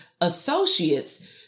associates